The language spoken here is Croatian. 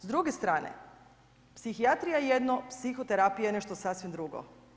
S druge strane, psihijatrija je jedno, psihoterapija je nešto sasvim drugo.